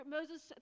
Moses